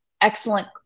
excellent